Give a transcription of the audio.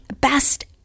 best